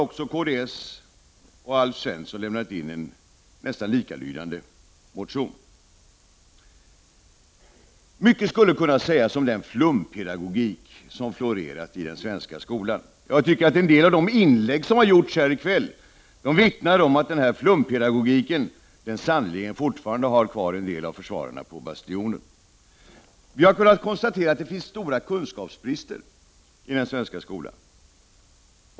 Samtidigt har Alf Svensson i kds väckt en nästan likalydande motion. Mycket skulle kunna sägas om den flumpedagogik som har florerat i den svenska skolan. Jag tycker också att en del av inläggen här i kväll vittnar om att denna flumpedagogik sannerligen fortfarande har kvar en del av försvararna på bastionen. Vi har kunnat konstatera stora kunskapsbrister i den svenska skolan.